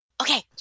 Okay